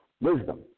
wisdom